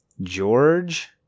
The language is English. George